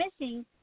missing